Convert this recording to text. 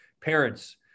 Parents